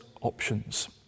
options